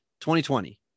2020